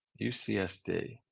UCSD